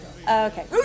Okay